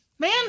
Man